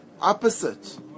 opposite